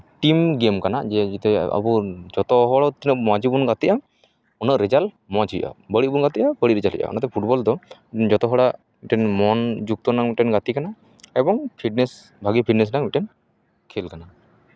team ᱜᱮᱢ ᱠᱟᱱᱟ ᱡᱮ ᱡᱟᱛᱮ ᱟᱵᱚ ᱡᱷᱚᱛᱚ ᱦᱚᱲ ᱛᱤᱱᱟᱹᱜ ᱢᱚᱡᱽ ᱜᱮᱵᱚᱱ ᱜᱟᱛᱮᱜᱼᱟ ᱩᱱᱟᱹᱜ ᱨᱮᱡᱟᱞᱴ ᱢᱚᱡᱽ ᱦᱩᱭᱩᱜᱼᱟ ᱵᱟᱹᱲᱤᱡ ᱵᱚᱱ ᱜᱟᱛᱮᱜᱼᱟ ᱵᱟᱹᱲᱤᱡ ᱨᱮᱡᱟᱞᱴ ᱦᱩᱭᱩᱜᱼᱟ ᱚᱱᱟᱛᱮ ᱯᱷᱩᱴᱵᱚᱞ ᱫᱚ ᱡᱚᱛᱚᱦᱚᱲᱟᱜ ᱢᱚᱱ ᱡᱩᱠᱛᱚ ᱨᱮᱱᱟᱜ ᱢᱤᱫᱴᱮᱱ ᱜᱟᱛᱮ ᱠᱟᱱᱟ ᱮᱵᱚᱝ ᱯᱷᱤᱴᱱᱮᱥ ᱵᱷᱟᱜᱮ ᱯᱷᱤᱴᱱᱮᱥ ᱨᱮᱱᱟᱜ ᱢᱤᱫᱴᱮᱱ ᱠᱷᱮᱞ ᱠᱟᱱᱟ